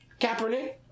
Kaepernick